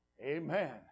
Amen